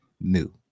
new